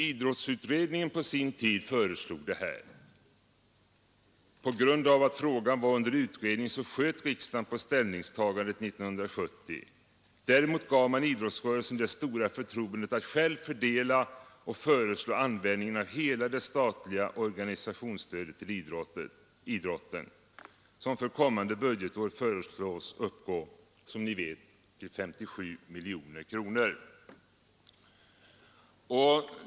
Idrottsutredningen föreslog på sin tid detta. På grund av att frågan var föremål för utredning sköt riksdagen på ställningstagandet 1970. Däremot gav man idrottsrörelsen det stora förtroendet att själv fördela och föreslå användningen av hela det statliga organisationsstödet till idrotten, som för kommande budgetår föreslås uppgå, som ni vet, till över 57 miljoner kronor.